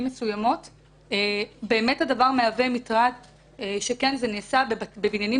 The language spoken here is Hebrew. מסוימות הדבר באמת הוא מטרד שכן זה נעשה בבניינים